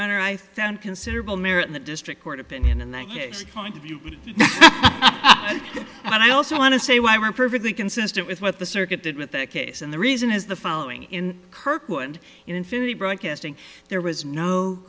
or i found considerable merit in the district court opinion and that point of view and i also want to say we were perfectly consistent with what the circuit did with that case and the reason is the following in kirkwood infinity broadcasting there was no